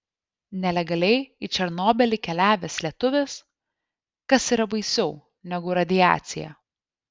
nelegaliai į černobylį keliavęs lietuvis kas yra baisiau negu radiacija